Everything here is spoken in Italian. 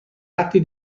atti